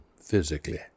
physically